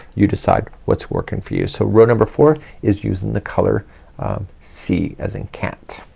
you decide what's working for you. so row number four is using the color c as in cat.